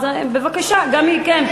אז בבקשה גם מכם,